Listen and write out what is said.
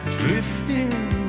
drifting